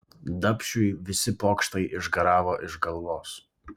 dapšiui visi pokštai išgaravo iš galvos